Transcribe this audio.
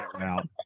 out